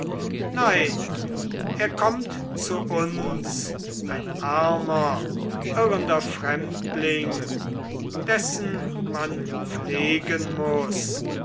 nein er kommt zu uns ein armer irrender fremdling dessen man pflegen muß